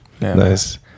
Nice